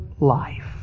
Life